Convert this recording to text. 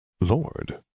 Lord